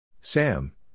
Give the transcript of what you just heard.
Sam